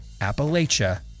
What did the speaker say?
appalachia